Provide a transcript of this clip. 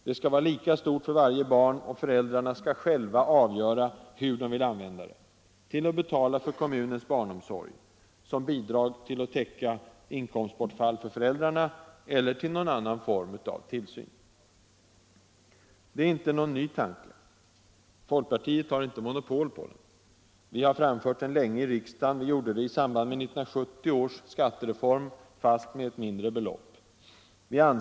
Det skall vara lika stort för varje barn, och föräldrarna skall själva avgöra hur de vill använda det - till att betala för kommunens barnomsorg, som bidrag till att täcka inkomstbortfall för föräldrarna eller till någon annan form av tillsyn. Detta är inte någon ny tanke. Folkpartiet har inte monopol på den. Vi har framfört den länge i riksdagen, vi gjorde det i samband med 1970 års skattereform, fast med ett mindre belopp.